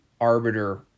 arbiter